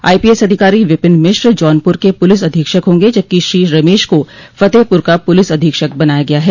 IPS अधिकारी विपिन मिश्र जौनपुर के police अधीक्षक होंग जबकि श्री रमेश को फतेहपुर का पुलिस अधीक्षक बनाया गया है